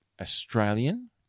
Australian